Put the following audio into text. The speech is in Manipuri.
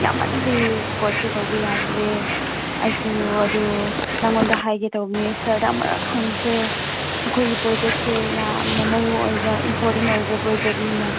ꯌꯥꯝꯃꯟꯕꯒꯤ ꯔꯦꯀꯣꯔꯠꯁꯦ ꯇꯧꯕ ꯌꯥꯗ꯭ꯔꯦ ꯑꯩꯁꯨ ꯑꯗꯨ ꯅꯪꯉꯣꯟꯗ ꯍꯥꯏꯒꯦ ꯇꯧꯕꯅꯦ ꯁꯔꯗ ꯑꯃꯔꯛ ꯍꯪꯁꯦ ꯑꯩꯈꯣꯏꯒꯤ ꯄ꯭ꯔꯣꯖꯦꯛꯁꯦ ꯌꯥꯝꯅ ꯃꯔꯨ ꯑꯣꯏꯕ ꯏꯝꯄꯣꯔꯇꯦꯟ ꯑꯣꯏꯕ ꯄ꯭ꯔꯣꯖꯦꯛꯅꯤꯅ